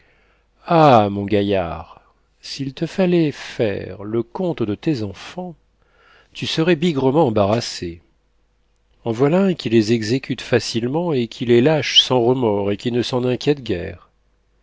ah mon gaillard s'il te fallait faire le compte de tes enfants tu serais bigrement embarrassé en voilà un qui les exécute facilement et qui les lâche sans remords et qui ne s'en inquiète guère